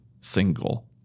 single